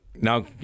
now